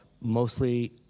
mostly